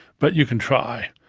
but you can try.